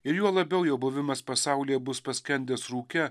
ir juo labiau jo buvimas pasaulyje bus paskendęs rūke